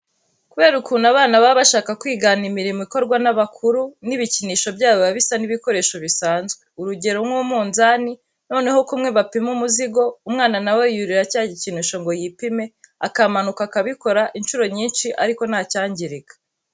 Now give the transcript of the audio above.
Kubera ukuntu abana baba bashaka kwigana imirimo ikorwa n'abakuru, n'ibikinisho byabo biba bisa n'ibikoresho bisanzwe, urugero nk'umunzani, noneho kumwe bapima umuzigo, umwana na we yurira cya gikinisho ngo yipime, akamanuka, akabikora inshuro nyinshi ariko nta cyangirika.